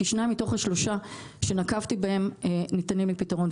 כששניים מתוך השלושה שציינתי ניתנים לפתרון,